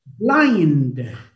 blind